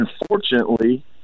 unfortunately